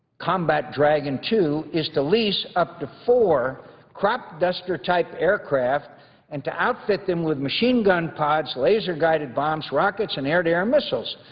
combat dragon twenty two, is to lease up to four crop-duster-type aircraft and to outfit them with machine gun pods, laser-guided bombs, rockets and air-to-air missiles.